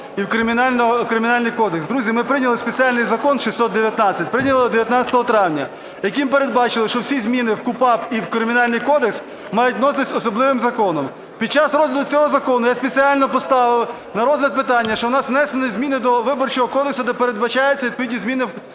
і в Кримінальний кодекс. Друзі, ми прийняли спеціальний Закон 619, прийняли його 19 травня, яким передбачено, що всі зміни в КУпАП і в Кримінальний кодекс мають вноситися особливим законом. Під час розгляду цього закону я спеціально поставив на розгляд питання, що у нас внесені зміни до Виборчого кодексу, де передбачаються відповідні зміни